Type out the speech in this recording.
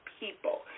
people